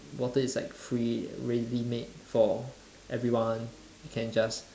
water is like free readily made for everyone you can just